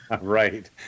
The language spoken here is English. Right